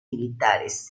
militares